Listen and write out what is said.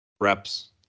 reps